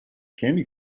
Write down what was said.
candy